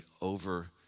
over